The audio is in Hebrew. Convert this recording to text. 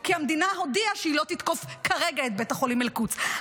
כי המדינה הודיעה שהיא לא תתקוף כרגע את בית החולים אל-קודס.